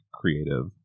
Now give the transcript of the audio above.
creative